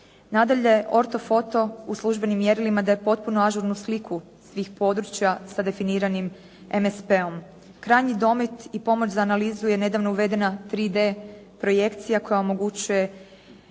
Nadalje orto foto u službenim mjerilima daje potpuno ažurnu sliku svih područja sa definiranim MSP-om. Krajnji domet i pomoć za analizu je nedavno uvedena 3D projekcija koja omogućuje